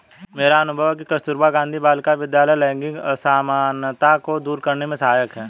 मेरा अनुभव है कि कस्तूरबा गांधी बालिका विद्यालय लैंगिक असमानता को दूर करने में सहायक है